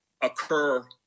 occur